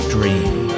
Dream